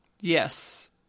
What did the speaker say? Yes